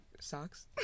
socks